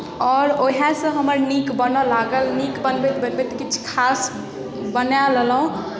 आओर उएहसँ हमर नीक बनय लागल नीक बनबैत बनबैत किछु खास बना लेलहुँ